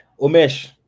omesh